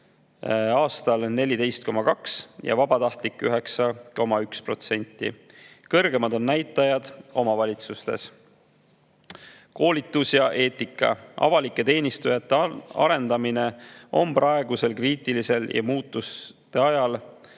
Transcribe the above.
aastal 14,2% ja vabatahtlik [voolavus] 9,1%. Kõrgemad näitajad on omavalitsustes. Koolitus ja eetika. Avalike teenistujate arendamine on praegusel kriitilisel muutuste ajal